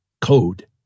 code